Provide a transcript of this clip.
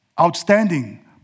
outstanding